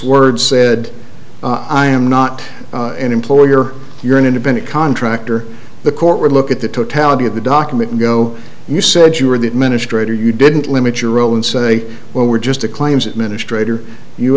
words said i am not an employer you're an independent contractor the court would look at the totality of the document and go you said you were the administrator you didn't limit your role and say well we're just a claims administrator you